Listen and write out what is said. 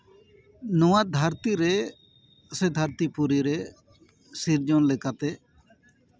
ᱱᱚᱶᱟ ᱫᱷᱟᱹᱨᱛᱤ ᱨᱮ ᱥᱮ ᱫᱷᱟᱹᱨᱛᱤ ᱯᱩᱨᱤ ᱨᱮ ᱥᱤᱨᱡᱚᱱ ᱞᱮᱠᱟᱛᱮ